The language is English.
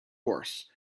horse